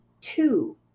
two